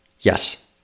Yes